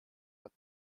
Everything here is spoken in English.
but